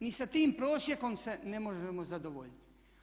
Ni sa tim prosjekom se ne možemo zadovoljiti.